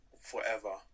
forever